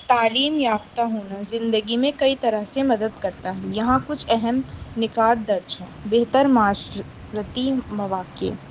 تعلیم یافتہ ہونا زندگی میں کئی طرح سے مدد کرتا ہے یہاں کچھ اہم نکات درج ہیں بہتر معاشرتی مواقع